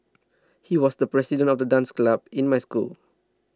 he was the president of the dance club in my school